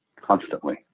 Constantly